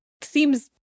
seems